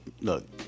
look